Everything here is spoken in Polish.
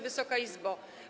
Wysoka Izbo!